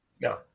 No